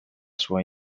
sua